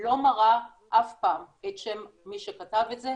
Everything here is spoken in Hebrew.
לא מראה אף פעם את שם מי שכתב את זה,